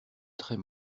très